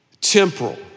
temporal